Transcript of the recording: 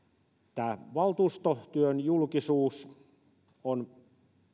tämä valtuustotyön julkisuus on